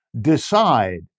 decide